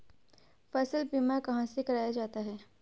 फसल बीमा कहाँ से कराया जाता है?